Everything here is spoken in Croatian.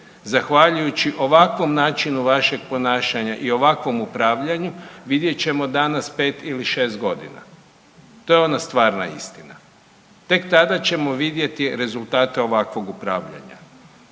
zahvaljujući ovakvom načinu vaše ponašanja i ovakvom upravljanju vidjet ćemo danas 5 ili 6 godina. To je ona stvarna istina. Tek tada ćemo vidjeti rezultate ovakvog upravljanja.